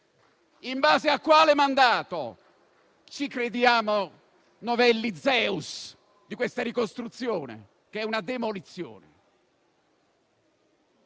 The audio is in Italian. In base a quale mandato ci crediamo novelli Zeus di questa ricostruzione, che è una demolizione?